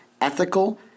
ethical